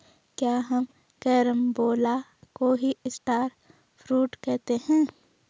क्या हम कैरम्बोला को ही स्टार फ्रूट कहते हैं?